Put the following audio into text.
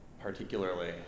particularly